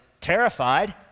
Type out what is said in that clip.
terrified